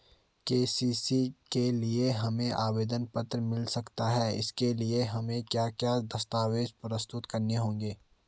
KCC के लिए हमें आवेदन पत्र मिल सकता है इसके लिए हमें क्या क्या दस्तावेज़ प्रस्तुत करने होंगे?